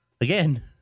again